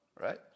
right